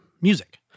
music